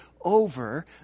over